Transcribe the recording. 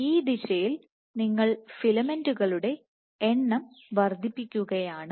ഈ ദിശയിൽ നിങ്ങൾ ഫിലമെന്റുകളുടെ എണ്ണം വർദ്ധിപ്പിക്കുകയാണ്